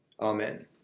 Amen